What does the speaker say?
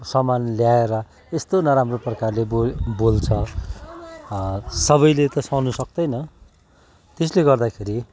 सामान ल्याएर यस्तो नराम्रो प्रकारले बोल बोल्छ सबैले त सहनु सक्तैन त्यसले गर्दाखेरि